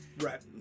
right